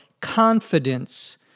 confidence